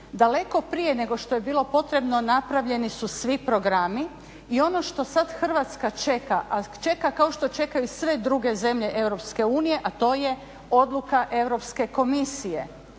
daleko prije nego što je bilo potrebno napravljeni su svi programi i ono što sada Hrvatska čeka, a čeka kao što čekaju sve druge zemlje EU, a to je odluka Europske komisije